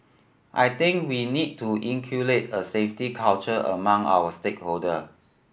I think we need to inculcate a safety culture among our stakeholder